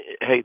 Hey